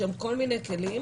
יש היום כל מיני כלים